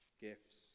gifts